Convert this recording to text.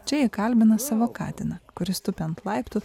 čia jie įkalbina savo katiną kuris tupi ant laiptų